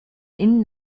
innen